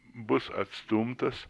bus atstumtas